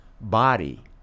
body